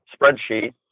spreadsheet